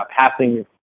passing